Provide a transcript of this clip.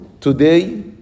today